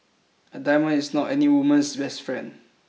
a diamond is not any woman's best friend